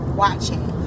watching